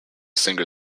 singer